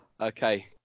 okay